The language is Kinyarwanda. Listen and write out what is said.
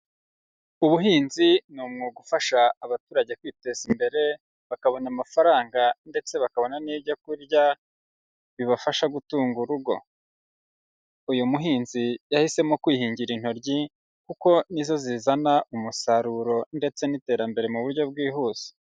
Ubuhinzi ni umwuga ufasha abaturage kwiteza imbere bakabona amafaranga, ndetse bakabona n'ibyo kurya bibafasha gutunga urugo. Uyu muhinzi yahisemo kwihingira intoryi kuko ni zo zizana umusaruro ndetse n'iterambere mu buryo bwihuse.